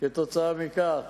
וכתוצאה מכך